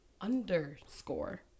underscore